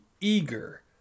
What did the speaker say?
eager